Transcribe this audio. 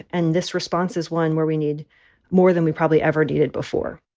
and this response is one where we need more than we probably ever needed before